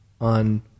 on